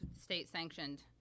state-sanctioned